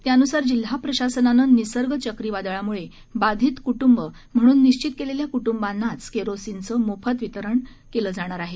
त्यानुसार जिल्हा प्रशासनाने निसर्ग चक्रीवादळामुळे बाधित कुटूंब म्हणून निशित केलेल्या कुटुंबांनाच केरोसिनचे मोफत वितरण करण्यात येणार आहे